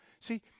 See